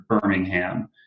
Birmingham